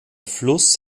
fluss